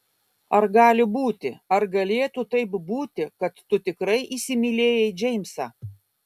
ar gali būti ar galėtų taip būti kad tu tikrai įsimylėjai džeimsą